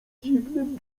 dziwnym